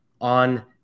on